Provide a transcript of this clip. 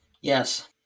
Yes